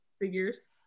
figures